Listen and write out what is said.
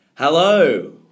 Hello